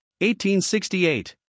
1868